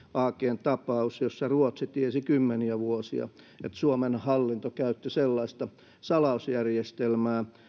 agn tapaus jossa ruotsi tiesi kymmeniä vuosia että suomen hallinto käytti sellaista salausjärjestelmää